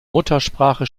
muttersprache